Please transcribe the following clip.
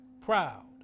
proud